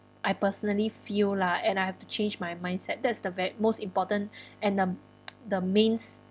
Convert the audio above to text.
I personally feel lah and I have to change my mindset that's the ve~ most important and the the mains